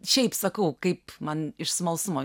šiaip sakau kaip man iš smalsumo